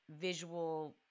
visual